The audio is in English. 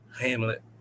Hamlet